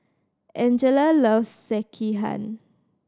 Angella loves Sekihan